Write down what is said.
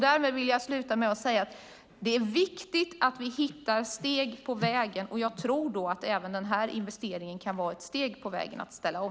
Därför vill jag avsluta med att säga att det är viktigt att vi hittar steg på vägen. Jag tror att även denna investering kan vara ett steg på vägen mot att ställa om.